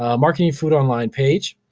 ah marketing food online page.